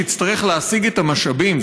שיצטרך להשיג את המשאבים,